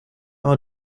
are